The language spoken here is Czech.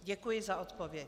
Děkuji za odpověď.